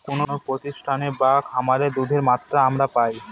কোনো প্রতিষ্ঠানে বা খামারে দুধের মাত্রা আমরা পাই